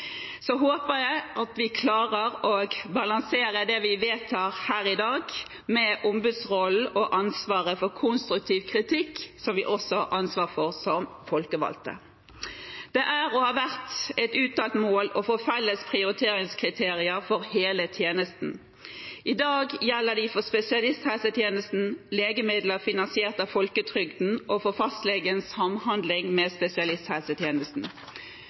Så håper jeg at vi klarer å balansere det vi vedtar her i dag, med ombudsrollen og ansvaret for konstruktiv kritikk som vi også har ansvar for som folkevalgte. Det er, og har vært, et uttalt mål å få felles prioriteringskriterier for hele tjenesten. I dag gjelder de for spesialisthelsetjenesten, legemidler finansiert av folketrygden og for fastlegens samhandling med spesialisthelsetjenesten.